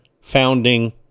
founding